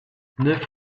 neuf